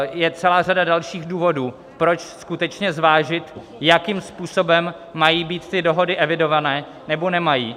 Je celá řada dalších důvodů, proč skutečně zvážit, jakým způsobem mají být ty dohody evidované, nebo nemají.